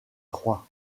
trois